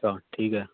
ਅੱਛਾ ਠੀਕ ਹੈ